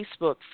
Facebook